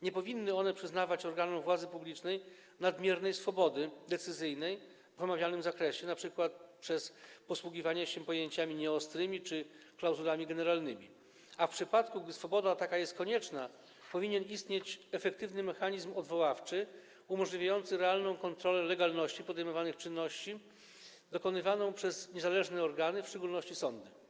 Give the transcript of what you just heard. Nie powinny one przyznawać organom władzy publicznej nadmiernej swobody decyzyjnej w omawianym zakresie - np. przez posługiwanie się pojęciami nieostrymi czy klauzulami generalnymi - a w przypadku gdy swoboda taka jest konieczna, powinien istnieć efektywny mechanizm odwoławczy umożliwiający realną kontrolę legalności podejmowanych czynności, dokonywaną przez niezależne organy, w szczególności sądy.